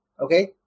okay